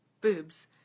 boobs